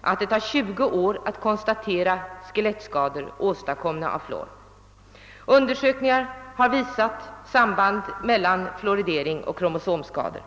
att det tar 20 år innan man kan konstatera skelettskador åstadkomna av fluor. Undersökningar har visat samband mellan fluoridering och kromosomskador.